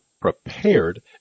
prepared